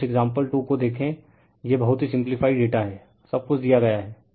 अब उस एक्साम्पल 2 को देखें यह बहुत ही सिम्प्लीफाई डेटा है सब कुछ दिया गया है